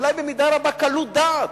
אולי במידה רבה קלות דעת,